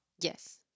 Yes